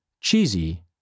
cheesy